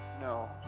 no